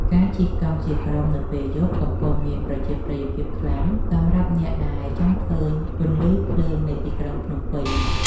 ការជិះកង់ជាក្រុមនៅពេលយប់ កំពុងមានប្រជាប្រិយភាពខ្លាំងសម្រាប់អ្នកដែលចង់ឃើញពន្លឺភ្លើងនៃទីក្រុងភ្នំពេញ។